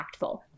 impactful